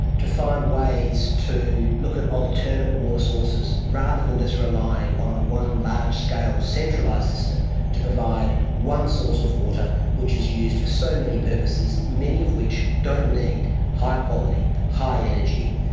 to find ways to look at alternate water sources rather than just relying on the one, large-scale, centralised system to provide one source of water which is used for so many purposes, many of which don't need high quality, high energy,